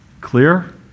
Clear